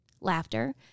laughter